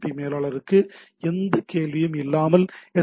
B மேலாளருக்கு எந்த கேள்வியும் இல்லாமல் எஸ்